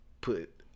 put